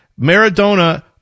Maradona